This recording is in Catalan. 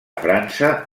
frança